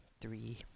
three